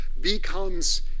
becomes